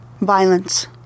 Violence